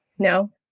no